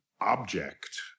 object